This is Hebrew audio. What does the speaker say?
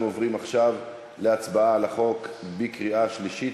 אנחנו עוברים עכשיו להצבעה על החוק בקריאה לשלישית.